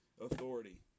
authority